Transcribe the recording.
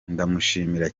ndamushimira